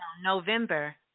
November